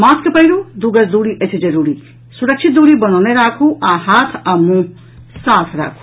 mask पहिरू दू गज दूरी अछि जरूरी सुरक्षित दूरी बनौने राखू आ हाथ आ मुंह साफ राखू